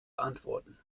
antworten